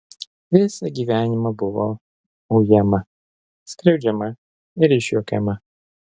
visą gyvenimą buvo ujama skriaudžiama ir išjuokiama